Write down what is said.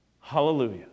Hallelujah